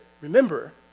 remember